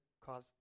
cause